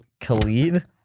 Khalid